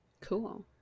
Cool